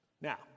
Now